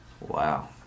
Wow